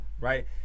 right